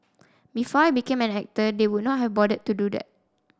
before I became an actor they would not have bothered to do that